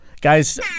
Guys-